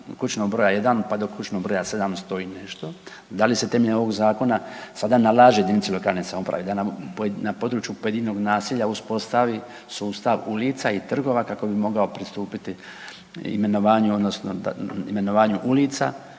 kućnog broja jedan, pa do kućnog broja 700 i nešto, da li se temeljem ovog zakona sada nalaže JLS da nam na području pojedinog naselja uspostavi sustav ulica i trgova kako bi mogao pristupiti imenovanju